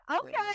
Okay